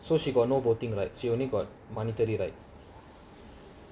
so she got no voting rights she only got monetary rights